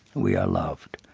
we are loved.